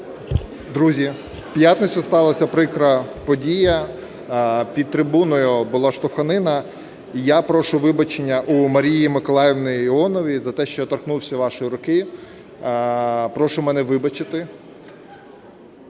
Друзі, в п'ятницю сталася прикра подія: під трибуною була штовханина. І я прошу вибачення у Марії Миколаївни Іонової за те, що торкнувся вашої руки. Прошу мене вибачити.